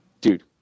dude